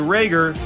Rager